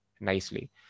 nicely